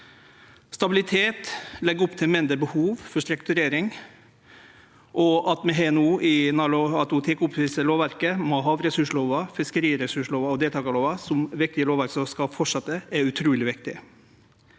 Stabilitet legg opp til mindre behov for strukturering, og at meldinga tek opp i seg lovverket, med havressurslova, fiskesalslagslova og deltakarlova som viktige lovverk som skal fortsetje, er utruleg viktig.